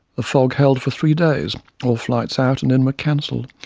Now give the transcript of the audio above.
the fog held for three days all flights out and in were cancelled.